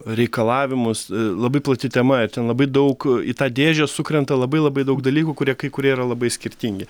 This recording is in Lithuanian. reikalavimus labai plati tema ir ten labai daug į tą dėžę sukrenta labai labai daug dalykų kurie kai kurie yra labai skirtingi